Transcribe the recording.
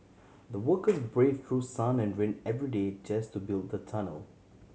the workers brave through sun and rain every day just to build the tunnel